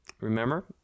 Remember